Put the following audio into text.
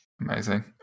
Amazing